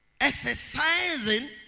exercising